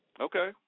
Okay